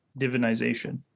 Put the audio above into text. divinization